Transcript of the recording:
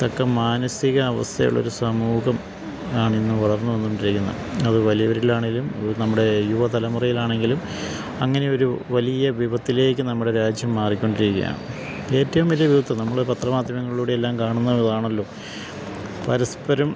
തക്ക മാനസികാവസ്ഥ ഉള്ളൊരു സമൂഹം ആണിന്ന് വളർന്ന് വന്നുകൊണ്ടിരിക്കുന്നത് അത് വലിയവരിലാണേലും നമ്മുടെ യുവ തലമുറയിലാണെങ്കിലും അങ്ങനെയൊരു വലിയ വിപത്തിലേക്ക് നമ്മുടെ രാജ്യം മാറിക്കൊണ്ടിരിക്കുകയാണ് ഏറ്റവും വലിയ വിപത്ത് നമ്മള് പത്രമാധ്യമങ്ങളിലൂടെയെല്ലാം കാണുന്നതാണല്ലോ പരസ്പരം